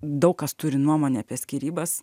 daug kas turi nuomonę apie skyrybas